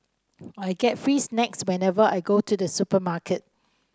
I get free snacks whenever I go to the supermarket